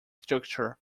structure